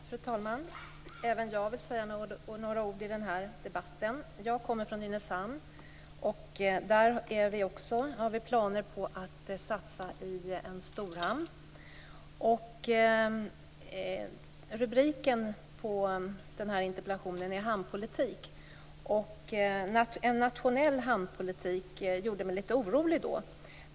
Fru talman! Även jag vill säga några ord i den här debatten. Jag kommer från Nynäshamn. Där har vi planer på att satsa på en storhamn. Rubriken på den här interpellationen är hamnpolitik. Tanken på en nationell hamnpolitik gjorde mig lite orolig.